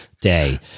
day